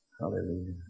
Hallelujah